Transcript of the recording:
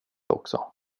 också